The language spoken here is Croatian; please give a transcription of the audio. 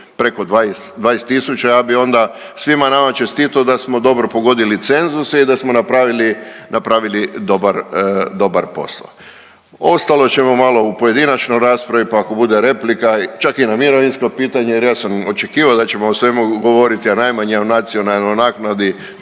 preko 20 tisuća, ja bi onda svima nama čestitao da smo dobro pogodili cenzuse i da smo napravili dobar, dobar posao. Ostalo ćemo malo u pojedinačnoj raspravi pa ako bude replika. Čak i na mirovinsko pitanje jer ja sam očekivao da ćemo o svemu govoriti, a najmanje o nacionalnoj naknadi.